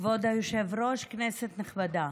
כבוד היושב-ראש, כנסת נכבדה,